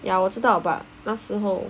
ya 我知道 but 那时候